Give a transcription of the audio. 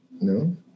no